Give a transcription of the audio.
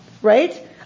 Right